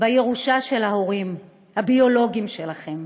בירושה של ההורים הביולוגיים שלכם.